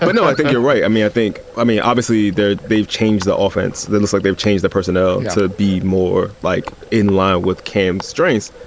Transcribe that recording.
but no, i think you're right. i mean, i think i mean, obviously, they're they've changed the offense. they look like they've changed the personnel to be more like in line with cam straights.